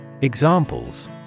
Examples